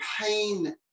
pain